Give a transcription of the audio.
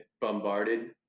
bombarded